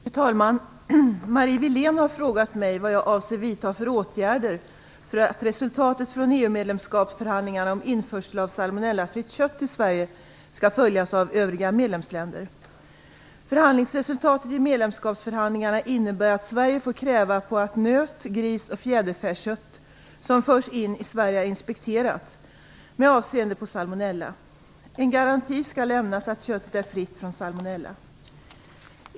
Fru talman! Marie Wilén har frågat mig vad jag avser att vidta för åtgärder för att resultatet från EU medlemskapsförhandlingarna om införsel av salmonellafritt kött till Sverige skall följas av övriga medlemsländer. Förhandlingsresultatet i medlemskapsförhandlingarna innebär att Sverige får kräva att nöt-, gris och fjäderfäkött som förs in i Sverige är inspekterat med avseende på salmonella. En garanti skall lämnas att köttet är fritt från salmonella.